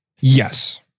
Yes